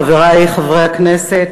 חברי חברי הכנסת,